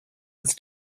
was